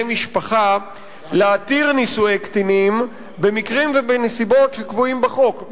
משפחה להתיר נישואי קטינים במקרים ובנסיבות שקבועים בחוק,